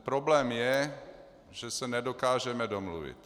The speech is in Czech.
Problém je, že se nedokážeme domluvit.